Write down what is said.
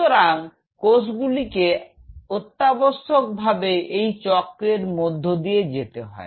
সুতরাং কোষগুলিকে অত্যাবশ্যক ভাবে এই চক্রের মধ্য দিয়ে যেতে হয়